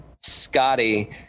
Scotty